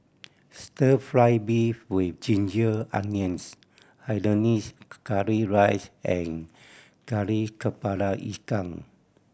Stir Fry beef with ginger onions hainanese curry rice and Kari Kepala Ikan